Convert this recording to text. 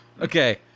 Okay